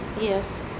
Yes